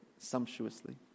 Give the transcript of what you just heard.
Sumptuously